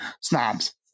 snobs